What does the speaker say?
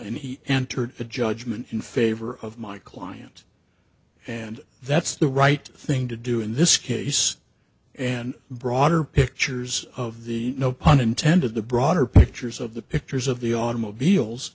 and he entered a judgment in favor of my client and that's the right thing to do in this case and broader pictures of the no pun intended the broader pictures of the pictures of the automobiles